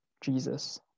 Jesus